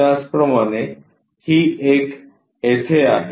त्याचप्रमाणे ही एक येथे आहे